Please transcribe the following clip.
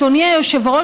אדוני היושב-ראש,